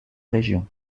région